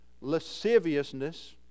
lasciviousness